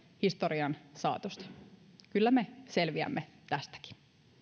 historian saatossa kyllä me selviämme tästäkin